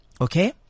Okay